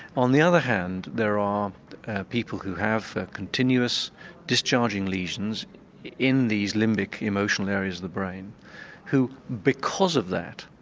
on the other hand there are people who have ah continuous discharging lesions in these limbic emotional areas of the brain who, because of that,